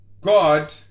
God